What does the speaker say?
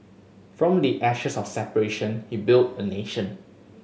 from the ashes of separation he built a nation